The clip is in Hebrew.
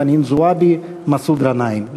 חנין זועבי ומסעוד גנאים.